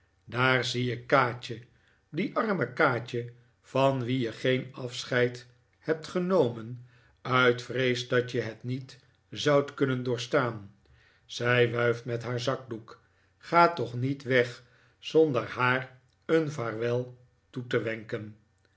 daar zie ik kaatje die arme kaatje van wie je geen afscheid hebt genomen uit vrees dat je het niet zoudt kunnen doorstaan zij wuift met haar zakdoek ga toch niet weg zonder haar een vaarwel toe te wenken